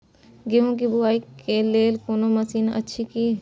गेहूँ के बुआई के लेल कोनो मसीन अछि की?